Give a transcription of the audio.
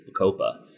Bacopa